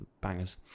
bangers